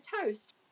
toast